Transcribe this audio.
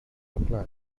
reply